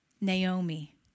Naomi